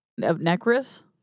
Necris